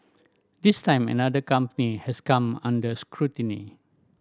this time another company has come under scrutiny